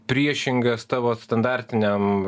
priešingas tavo standartiniam